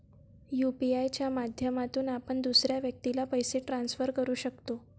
UPI च्या माध्यमातून आपण दुसऱ्या व्यक्तीला पैसे ट्रान्सफर करू शकतो